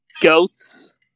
goats